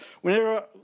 whenever